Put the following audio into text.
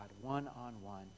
one-on-one